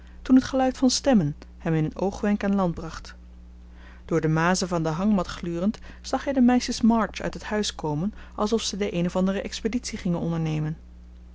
toen het geluid van stemmen hem in een oogwenk aan land bracht door de mazen van de hangmat glurend zag hij de meisjes march uit het huis komen alsof ze de een of andere expeditie gingen ondernemen